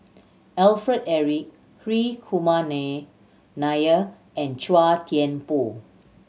Alfred Eric Hri Kumar Nair and Chua Thian Poh